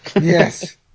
Yes